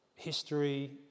History